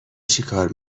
چیکار